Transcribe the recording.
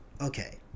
okay